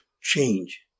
change